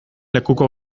lekuko